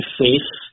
face